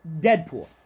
Deadpool